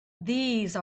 these